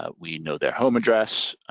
ah we know their home address,